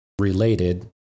related